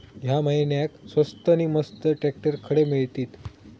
या महिन्याक स्वस्त नी मस्त ट्रॅक्टर खडे मिळतीत?